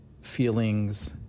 feelings